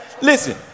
Listen